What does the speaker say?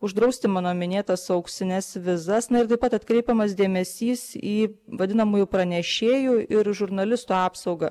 uždrausti mano minėtas auksines vizas na ir taip pat atkreipiamas dėmesys į vadinamųjų pranešėjų ir žurnalistų apsaugą